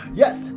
yes